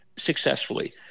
Successfully